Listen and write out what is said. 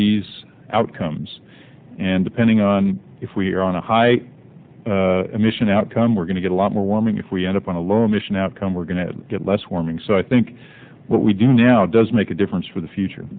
these outcomes and depending on if we are on a high mission outcome we're going to get a lot more warming if we end up on a low emission outcome we're going to get less warming so i think what we do now does make a difference for the future